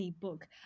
book